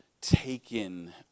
taken